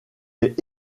est